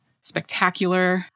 spectacular